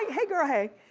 hey girl, hey!